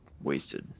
wasted